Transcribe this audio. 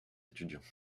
étudiants